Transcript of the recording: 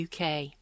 uk